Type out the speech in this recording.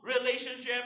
relationship